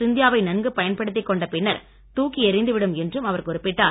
சிந்தியாவை நன்கு பயன்படுத்தி கொண்ட பின்னர் தூக்கி எறிந்து விடும் என்றும் அவர் குறிப்பிட்டார்